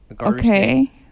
Okay